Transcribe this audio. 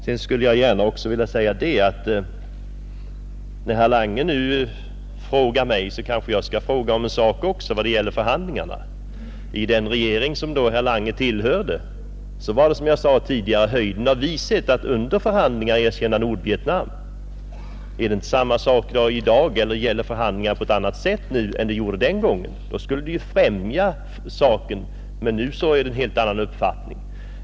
Men när herr Lange nu frågar mig, kanske jag får fråga om en sak också vad gäller förhandlingarna, I den regering som herr Lange tillhörde var det som jag sade tidigare höjden av vishet att under förhandlingarna erkänna Nordvietnam, Är det inte samma förhållande i dag, eller gäller förhandlingar på ett annat sätt nu än den gången? Då skulle erkännandet främja saken, men nu har man en helt annan uppfattning.